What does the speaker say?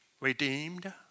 Redeemed